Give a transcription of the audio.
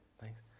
thanks